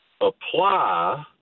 apply